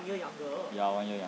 ya one year younger